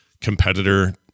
competitor